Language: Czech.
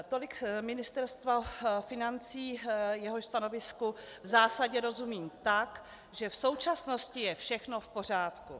Tolik Ministerstvo financí, jehož stanovisku v zásadě rozumím tak, že v současnosti je všechno v pořádku.